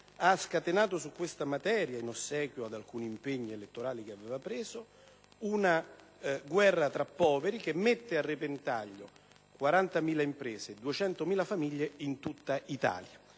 ha scatenato, in ossequio ad alcuni impegni elettorali, una guerra tra poveri che mette a repentaglio 40.000 imprese e 200.000 famiglie in tutta Italia.